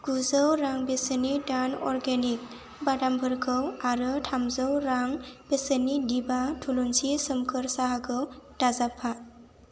गुजौ रां बेसेननि टार्न अर्गेनिक बादामफोरखौ आरो थामजौ रां बेसेननि दिभा थुलुन्सि सोमखोर साहाखौ दाजाबफा